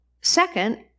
Second